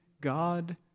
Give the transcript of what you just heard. God